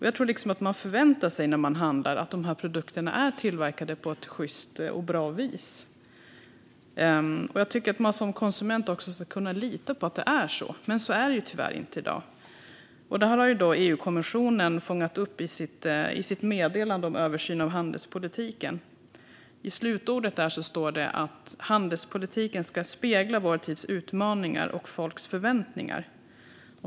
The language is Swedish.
Jag tror liksom att man förväntar sig när man handlar att de här produkterna är tillverkade på ett sjyst och bra vis, och jag tycker att man som konsument också ska kunna lita på att det är så. Men så är det tyvärr inte i dag, och detta har EU-kommissionen fångat upp i sitt meddelande om översyn av handelspolitiken. I slutordet står det att handelspolitiken ska "återspegla vår tids utmaningar och våra folks förväntningar".